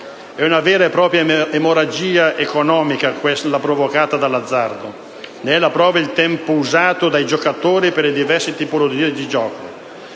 È una vera e propria emorragia economica quella provocata dall'azzardo: ne è la prova il tempo usato dai giocatori per le diverse tipologie di gioco.